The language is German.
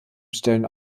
stellen